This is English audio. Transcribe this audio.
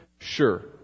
Sure